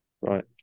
Right